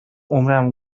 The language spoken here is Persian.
عمرمو